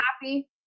happy